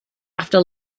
after